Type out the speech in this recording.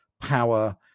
power